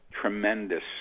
tremendous